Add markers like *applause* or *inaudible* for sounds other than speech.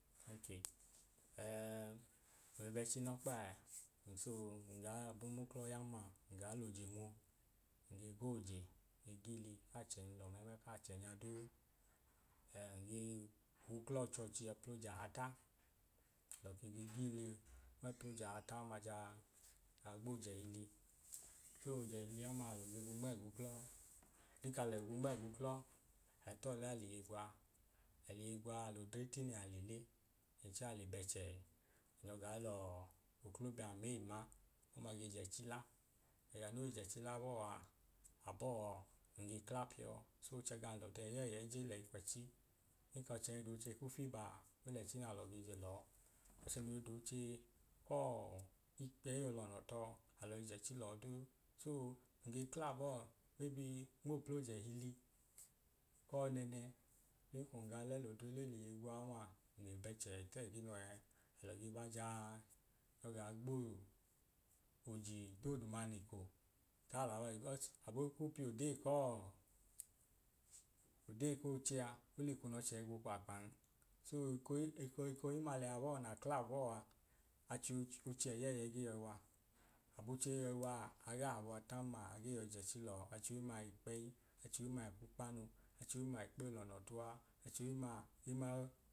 Okee *hesitation* nle b’echinokpa ee and so n gaa abun m’uklo yan ma ngaa loje nwu nge goje nge giili k’achẹnyilọ mlẹ k’achẹnya duu *hesitation* nge g’uklo ọchọchi apl’ojahata alọ ke ge giili nme ẹpl’ojahata ọma jaa gboj’ẹhili chẹẹ ojẹhili ọmaa alọ ge gwu nm’eg’uklo ọdin kai gwu nm’eg’uklo ai t’ọlẹ aliye gwa, aliye gwa al’odre tine ale le then chẹẹ ale bẹchẹ nyọ gaa lọọ oklobiam ei ma ọma ge j’ẹchi la ega noi j’ẹchi la bọọ aa abọọ nge kla pio so oche gam l’ode yẹyẹi je lẹi kw’ẹchi. Ekọchẹ i doche ku fiva olẹchi na lọ ge je lọọ, ọchẹ noi doche kọọ ikpeyi o lọnọ tọọ alọi jẹ chi lẹ duu so nge clabọọ maybe nmẹẹ pl’ojẹhili kọọ nẹnẹ nm’eko nun l’odre le liye gwa ọma, nle bẹchẹ i teginu ẹẹ alọ ge ba jaa nyọ gaa gboo oji dooduma ne iko ka lọ a… icause abo ku pio dee kọọ ode koo oche aa oleko n’ọche i gwu kpakpan so eko hin ekohimma leya abọ na klabọọ aa achohi oche eyeyei gee yọi wa, abo che eyeyeyei yoi waa agaa habuwa taganma agee yoi jechi loo. Acho himma ikpeyi, achohimma ip’ukpanu, achohimma ikpo i lono tuwaa, achohimma enmai wa